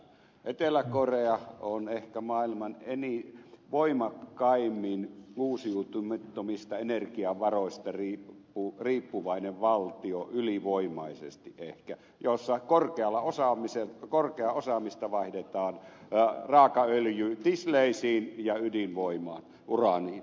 etelä korea on ehkä maailman voimakkaimmin uusiutumattomista energiavaroista riippuvainen valtio ylivoimaisesti ehkä jossa korkeaa osaamista vaihdetaan raakaöljytisleisiin ja ydinvoimaan uraaniin